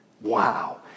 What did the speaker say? Wow